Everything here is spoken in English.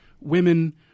women